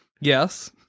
yes